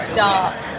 dark